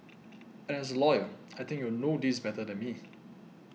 and as a lawyer I think you will know this better than me